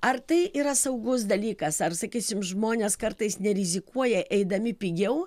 ar tai yra saugus dalykas ar sakysim žmonės kartais nerizikuoja eidami pigiau